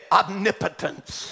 omnipotence